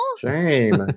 Shame